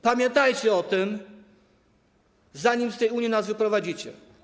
Pamiętajcie o tym, zanim z tej Unii nas wyprowadzicie.